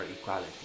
equality